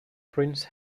prince